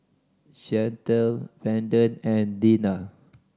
Shantell Brendon and Deanna